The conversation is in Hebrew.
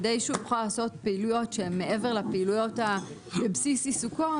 כדי שהוא יוכל לעשות פעילויות שהן מעבר לפעילויות בבסיס עיסוקו,